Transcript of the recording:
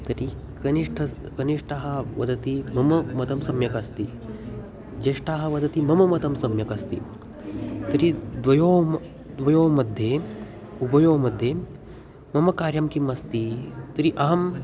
तर्हि कनिष्ठः कनिष्ठः वदति मम मतं सम्यक् अस्ति ज्येष्ठः वदति मम मतं सम्यक् अस्ति तर्हि द्वयोः मा द्वयोः मध्ये उभयोः मध्ये मम कार्यं किम् अस्ति तर्हि अहं